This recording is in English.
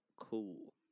cool